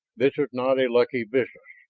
this is not a lucky business.